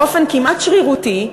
באופן כמעט שרירותי,